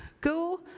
go